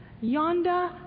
yonder